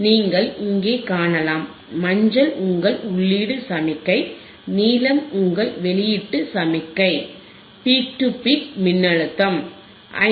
நீங்கள் இங்கே காணலாம் மஞ்சள் உங்கள் உள்ளீடு சமிக்ஞை நீலம் உங்கள் வெளியீட்டு சமிக்ஞை பீக் டு பீக் மின்னழுத்தம் 5